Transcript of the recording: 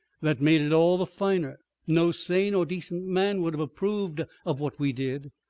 that made it all the finer no sane or decent man would have approved of what we did.